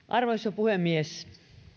arvoisa puhemies